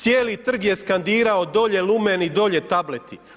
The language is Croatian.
Cijeli trg je skandirao dolje lumeni, dolje tableti.